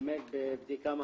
באמת בבדיקה מעמיקה,